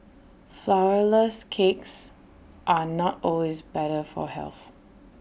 Flourless Cakes are not always better for health